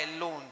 alone